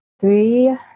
three